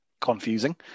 confusing